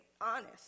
honest